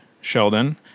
Sheldon